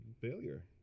failure